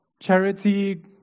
charity